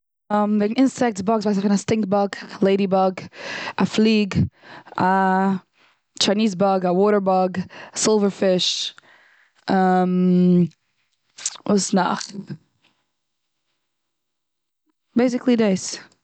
וועגן אינזעקטס, באגס, ווייס איך וועגן א סטינק באג, לעידי באג, פליג, א טשייניז באג, וואטער באג, סילווער פיש, וואס נאך? בעיסיקלי דאס.